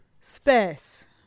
Space